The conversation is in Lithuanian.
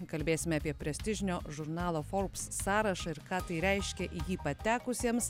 kalbėsime apie prestižinio žurnalo forbes sąrašą ir ką tai reiškia į jį patekusiems